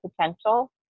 potential